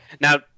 Now